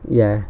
ya